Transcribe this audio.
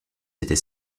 était